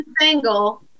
single